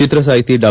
ಚಿತ್ರ ಸಾಹಿತಿ ಡಾ